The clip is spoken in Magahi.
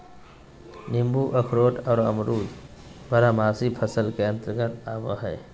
नींबू अखरोट आर अमरूद बारहमासी फसल के अंतर्गत आवय हय